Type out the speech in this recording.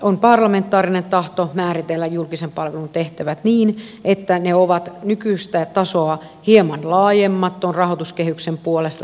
on parlamentaarinen tahto määritellä julkisen palvelun tehtävät niin että ne ovat nykyistä tasoa hieman laajemmat tuon rahoituskehyksen puolesta